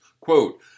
quote